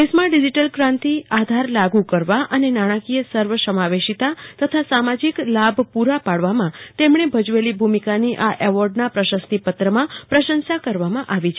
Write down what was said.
દેશમાં ડીજીટલ ક્રાંતિ આધાર લાગુ કરવા અને નાજ્ઞાંકીય સર્વ સમાવેશીતા તથા સામાજિક લાભ પૂરા પાડવામાં તેમજ્ઞે ભજવેલી ભૂમિકાની આ એવોર્ડના પ્રશિસ્તપત્રમાં પ્રશંસા કરવામાં આવી છે